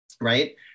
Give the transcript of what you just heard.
right